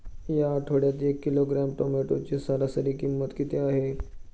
या आठवड्यात एक किलोग्रॅम टोमॅटोची सरासरी किंमत किती आहे?